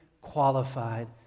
qualified